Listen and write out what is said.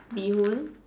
bee hoon